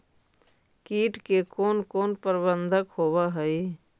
किट के कोन कोन प्रबंधक होब हइ?